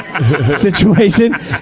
situation